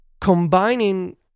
combining